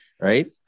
Right